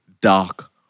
dark